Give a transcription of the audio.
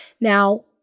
Now